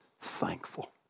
thankful